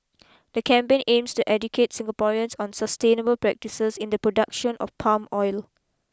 the campaign aims to educate Singaporeans on sustainable practices in the production of palm oil